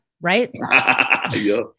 Right